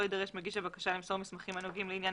לא יידרש מגיש הבקשה למסור מסמכים הנוגעים לעניין